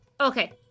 Okay